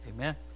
Amen